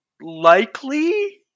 likely